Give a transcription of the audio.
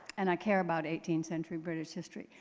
and i care about eighteenth century british history.